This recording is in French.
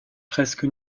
presque